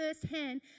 firsthand